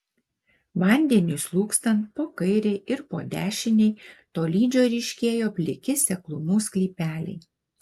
vandeniui slūgstant po kairei ir po dešinei tolydžio ryškėjo pliki seklumų sklypeliai